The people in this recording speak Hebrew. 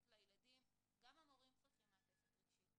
לילדים גם המורים צריכים מעטפת רגשית,